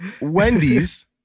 Wendy's